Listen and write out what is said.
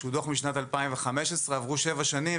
שהוא דוח משנת 2015. עברו שבע שנים,